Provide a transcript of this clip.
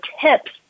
tips